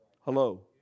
Hello